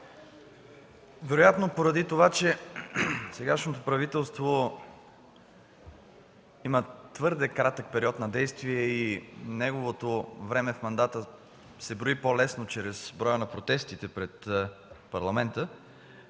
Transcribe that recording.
Вероятно поради това, че сегашното правителство има твърде кратък период на действие и неговото време в мандата се брои по-лесно чрез броя на протестите пред Парламента,